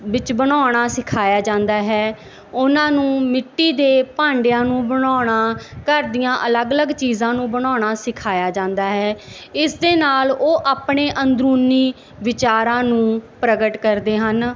ਵਿੱਚ ਬਣਾਉਣਾ ਸਿਖਾਇਆ ਜਾਂਦਾ ਹੈ ਉਹਨਾਂ ਨੂੰ ਮਿੱਟੀ ਦੇ ਭਾਂਡਿਆਂ ਨੂੰ ਬਣਾਉਣਾ ਘਰ ਦੀਆਂ ਅਲੱਗ ਅਲੱਗ ਚੀਜ਼ਾਂ ਨੂੰ ਬਣਾਉਣਾ ਸਿਖਾਇਆ ਜਾਂਦਾ ਹੈ ਇਸ ਦੇ ਨਾਲ ਉਹ ਆਪਣੇ ਅੰਦਰੂਨੀ ਵਿਚਾਰਾਂ ਨੂੰ ਪ੍ਰਗਟ ਕਰਦੇ ਹਨ